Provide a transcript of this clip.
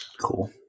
Cool